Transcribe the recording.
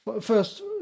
first